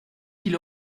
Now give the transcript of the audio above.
qu’il